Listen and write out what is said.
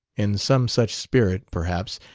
in some such spirit, perhaps,